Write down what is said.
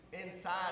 inside